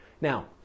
Now